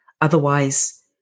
Otherwise